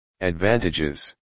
Advantages